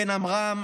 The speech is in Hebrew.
בן עמרם,